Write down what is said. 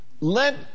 let